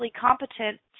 competent